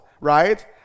right